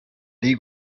ddi